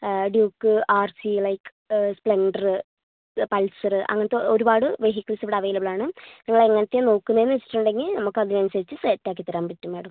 Duke R C like Splendor Pulsar അങ്ങനത്തെ ഒരുപാട് vehicles ഇവിടെ അവൈലബിൾ ആണ് നിങ്ങളെങ്ങനത്തെയാ നോക്കുന്നതെന്നു വച്ചിട്ടുണ്ടെങ്കിൽ നമുക്കതിനനുസരിച്ചു സെറ്റാക്കിത്തരാൻ പറ്റും മാഡം